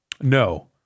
No